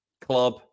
club